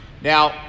Now